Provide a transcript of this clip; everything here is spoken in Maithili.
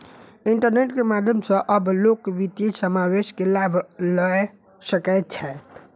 इंटरनेट के माध्यम सॅ आब लोक वित्तीय समावेश के लाभ लअ सकै छैथ